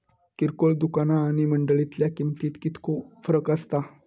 किरकोळ दुकाना आणि मंडळीतल्या किमतीत कितको फरक असता?